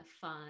fun